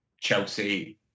Chelsea